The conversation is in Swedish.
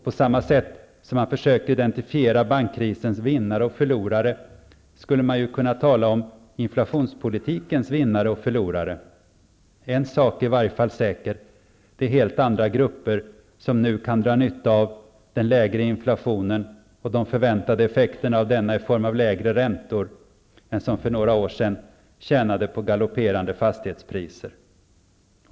På samma sätt som man försöker identifiera bankkrisens vinnare och förlorare, skulle man kunna tala om inflationspolitikens vinnare och förlorare. En sak är i varje fall säker. Det är helt andra grupper som nu kan dra nytta av den lägre inflationen och de förväntade effekterna av denna i form av lägre räntor, än de som för några år sedan tjänade på galopperande fastighetspriser.